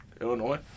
Illinois